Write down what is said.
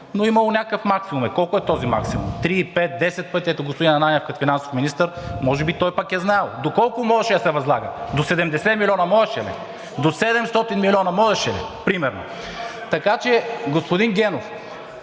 но имало някакъв максимум. Колко е този максимум – 3, 5, 10 пъти? Господин Ананиев, като финансов министър може би той пък е знаел? До колко можеше да се възлага? До 70 милиона можеше ли? До 700 милиона можеше ли, примерно? Така че, господин Генов,